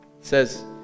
says